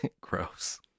Gross